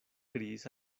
kriis